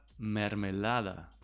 mermelada